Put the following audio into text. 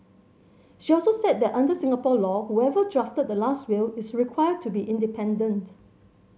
she also said that under Singapore law whoever drafted the last will is required to be independent